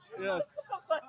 Yes